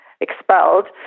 expelled